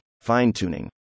fine-tuning